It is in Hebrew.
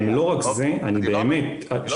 ולא רק זה שוב,